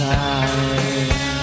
time